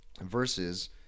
versus